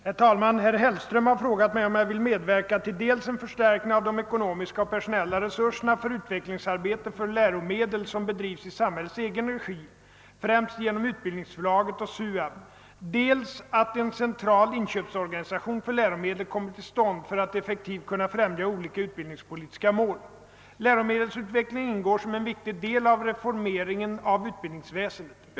Herr talman! Herr Hellström har frågat mig, om jag vill medverka dels till att en förstärkning sker av de ekonomiska och personella resurserna för det utvecklingsarbete för läromedel som bedrivs i samhällets egen regi, främst genom Utbildningsförlaget och SUAB, dels till att en central inköpsorganisation för läromedel kommer till stånd för att effektivt kunna främja olika utbildningspolitiska mål. Läromedelsutveckling ingår som en viktig del av reformeringen av utbildningsväsendet.